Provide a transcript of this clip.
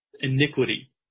iniquity